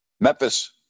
Memphis